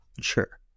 Sure